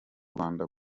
rwanda